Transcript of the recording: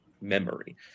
memory